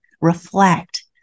reflect